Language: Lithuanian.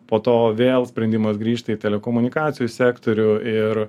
po to vėl sprendimas grįžta į telekomunikacijų sektorių ir